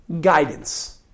guidance